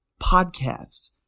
podcasts